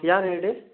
ಯಾರು ಹೇಳಿ